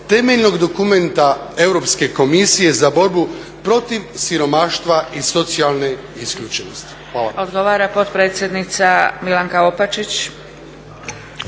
temeljnog dokumenta Europske komisije za borbu protiv siromaštva i socijalne isključenosti.